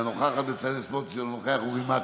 אינה נוכחת, בצלאל סמוטריץ' אינו נוכח, אורי מקלב,